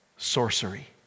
sorcery